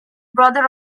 brother